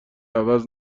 عوض